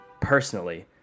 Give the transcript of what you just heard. personally